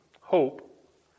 hope